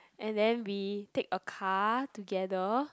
and then we take a car together